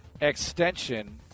extension